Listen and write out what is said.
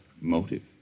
motive